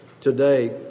today